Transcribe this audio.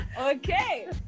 Okay